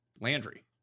Landry